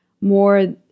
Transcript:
more